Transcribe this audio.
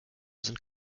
sind